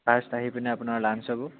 fast আহি পিনাই আপোনাৰ লাঞ্চ হ'ব